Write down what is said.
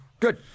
Good